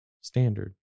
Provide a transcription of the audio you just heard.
Standard